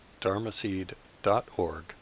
dharmaseed.org